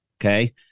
okay